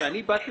כשאני באתי,